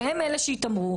שהם אלה שהתעמרו.